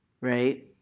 right